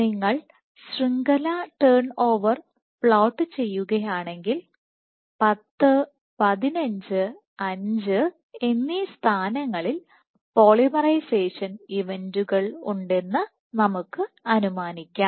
നിങ്ങൾ ശൃംഖല turn over plot ചെയ്യുകയാണെങ്കിൽ 10 15 5 എന്നീ സ്ഥാനങ്ങളിൽ പോളിമറൈസേഷൻ ഇവന്റുകൾഉണ്ടെന്ന് നമുക്ക് അനുമാനിക്കാം